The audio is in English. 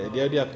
ah